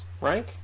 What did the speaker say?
rank